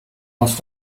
hast